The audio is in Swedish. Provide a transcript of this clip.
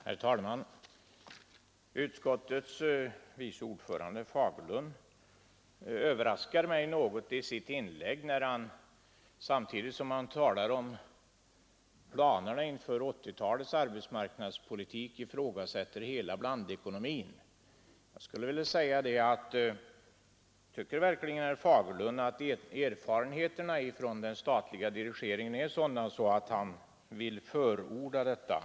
Herr talman! Utskottets vice ordförande herr Fagerlund överraskade mig något i sitt inlägg, när han samtidigt som han talade om planerna inför 1980-talets arbetsmarknadspolitik ifrågasatte hela blandekonomin. Tycker verkligen herr Fagerlund att erfarenheterna av den statliga dirigeringen är sådana att han vill förorda något annat system?